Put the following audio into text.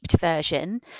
version